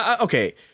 okay